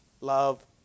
Love